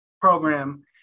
program